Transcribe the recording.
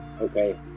okay